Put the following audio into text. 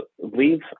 leave